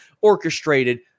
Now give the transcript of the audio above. orchestrated